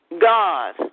God